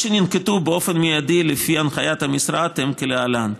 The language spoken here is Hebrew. שננקטו באופן מיידי לפי הנחיית המשרד הן כלהלן: